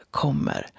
kommer